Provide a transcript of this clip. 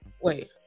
wait